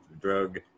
drug